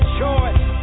choice